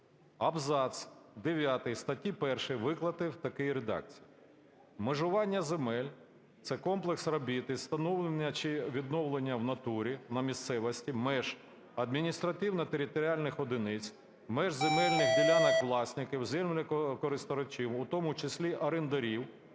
Абзац дев'ятий статті 1 викласти у такій редакції: "межування земель – це комплекс робіт із встановлення чи відновлення в натурі (на місцевості) меж адміністративно-територіальних одиниць, меж земельних ділянок власників, землекористувачів, у тому числі орендарів,